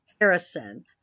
Harrison